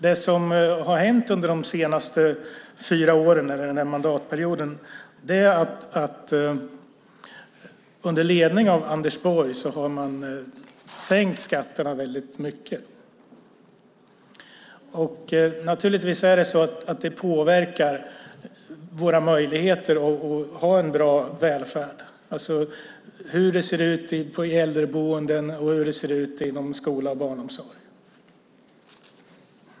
Det som har hänt under de senaste fyra åren, under den här mandatperioden, är att under ledning av Anders Borg har man sänkt skatterna mycket. Naturligtvis påverkar det våra möjligheter till bra välfärd, det vill säga hur det ser ut i äldreboenden och inom skola och barnomsorg.